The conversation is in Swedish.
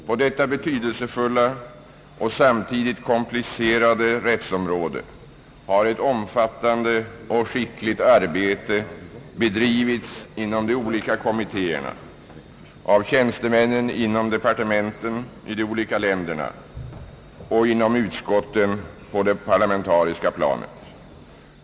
På detta betydelsefulla och samtidigt komplicerade rättsområde har ett omfattande och skickligt arbete bedrivits inom de olika kommittéerna, av tjänstemännen inom departementen i de olika länderna och inom utskotten på det parlamentariska planet.